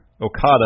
Okada